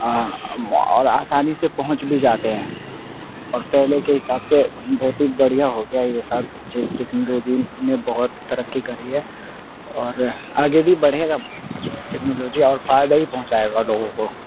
اور آسانی سے پہنچ بھی جاتے ہیں اور پہلے کے حساب سے بہت ہی بڑھیا ہو گیا ہے یہ سب جس ٹیکنالوجی نے بہت ترقی کری ہے اور آگے بھی بڑھے گا ٹیکنالوجی اور فائدہ ہی پہنچائے گا لوگوں کو